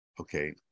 Okay